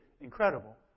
incredible